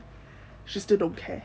she still don't care